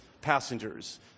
passengers